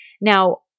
Now